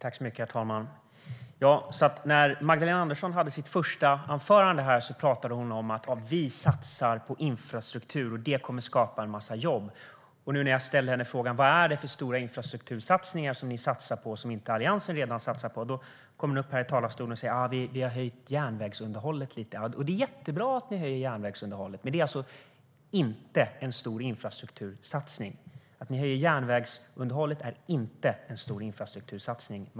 Herr talman! I Magdalena Anderssons första inlägg i den här debatten talade hon om att regeringen satsar på infrastruktur och att det kommer att skapa en massa jobb. När jag nu ställer frågan vad det är för stora infrastruktursatsningar man har gjort - satsningar som inte redan gjorts av Alliansen - säger Magdalena Andersson i talarstolen att man har höjt järnvägsunderhållet lite. Det är jättebra att ni höjer järnvägsunderhållet, Magdalena Andersson, men det är inte en stor infrastruktursatsning!